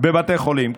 בבתי חולים.